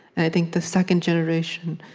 and i think the second generation,